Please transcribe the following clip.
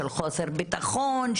של חוסר ביטחון,